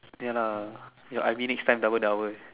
ya lah your I_B next time double double